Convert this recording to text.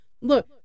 Look